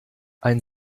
ein